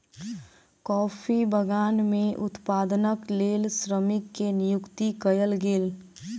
coffee बगान में उत्पादनक लेल श्रमिक के नियुक्ति कयल गेल